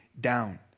down